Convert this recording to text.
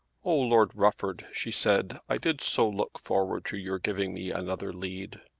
oh, lord rufford, she said, i did so look forward to your giving me another lead.